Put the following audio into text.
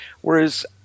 Whereas